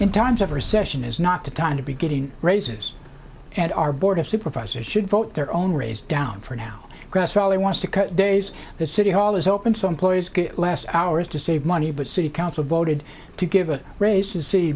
in times of recession is not the time to be getting raises and our board of supervisors should vote their own race down for now grass probably wants to cut days the city hall is open so employees could last hours to save money but city council voted to give a rais